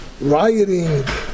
rioting